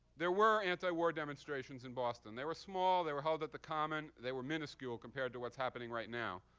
there were anti-war demonstrations in boston. they were small. they were held at the common. they were minuscule compared to what's happening right now.